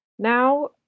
Now